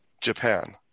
Japan